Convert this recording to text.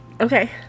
Okay